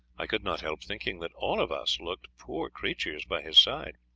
i could not help thinking that all of us looked poor creatures by his side.